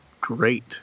great